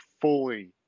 fully